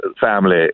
family